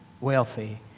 wealthy